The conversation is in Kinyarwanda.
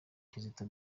kizito